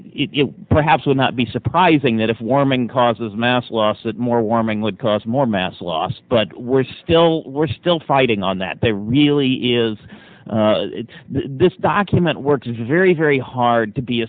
perhaps would not be surprising that if warming causes mass loss that more warming would cause more mass loss but we're still we're still fighting on that they really is this document works very very hard to be